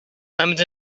lemons